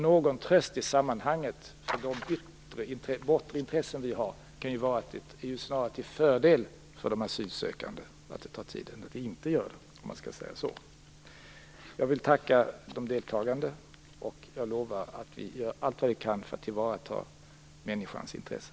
Någon tröst i sammanhanget kan ju vara att det snarare är till större fördel för de asylsökande att det tar tid än att det inte gör det. Jag vill tacka de deltagande, och jag lovar att vi här gör allt vad vi kan för att tillvarata människans intresse.